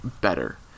better